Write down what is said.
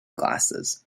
glasses